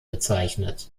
bezeichnet